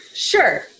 Sure